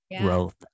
growth